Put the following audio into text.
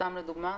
סתם לדוגמה,